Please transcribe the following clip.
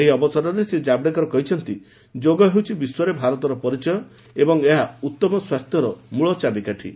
ଏହି ଅବସରରେ ଶ୍ରୀ ଜାବଡ଼େକର କହିଛନ୍ତି ଯୋଗ ହେଉଛି ବିଶ୍ୱରେ ଭାରତର ପରିଚୟ ଏବଂ ଏହା ଉତ୍ତମ ସ୍ୱାସ୍ଥ୍ୟର ମୂଳ ଚାବିକାଠି